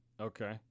Okay